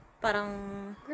parang